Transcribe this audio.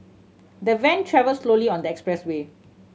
the van travelled slowly on the expressway